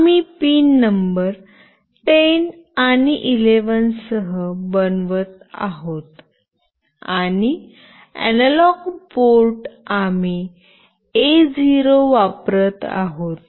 आम्ही pin number 10 आणि 11 सह बनवत आहोत आणि अॅनालॉग पोर्ट आम्ही ए0 वापरत आहोत